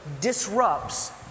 disrupts